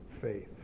faith